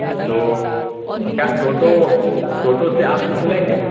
تو کیا ٹوٹو ٹوٹو سے آپ گھوم لیں گے